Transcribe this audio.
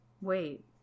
Wait